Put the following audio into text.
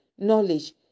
knowledge